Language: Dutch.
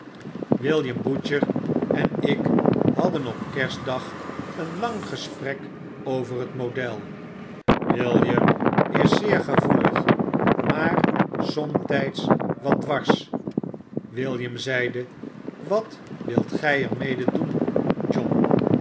william butcher en ik hadden op kerstdag een lang gesprek over het model william is zeer gevoelig maar somtyds wat dwars william zeide wat wilt gij er mede doen john